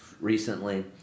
recently